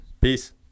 Peace